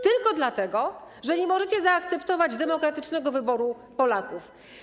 Tylko dlatego, że nie możecie zaakceptować demokratycznego wyboru Polaków.